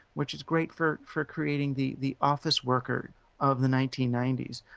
which is great for for creating the the office worker of the nineteen ninety s,